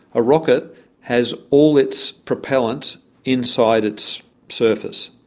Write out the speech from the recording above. a rocket has all its propellant inside its surface,